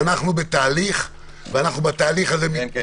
אם נקבל את ההחלטה על פתיחת האלף מטר